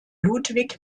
ludwig